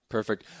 Perfect